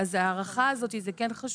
אז ההארכה זאת זה כן חשוב.